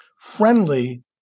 friendly